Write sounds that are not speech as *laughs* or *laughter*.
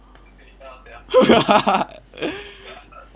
*laughs*